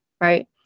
right